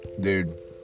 Dude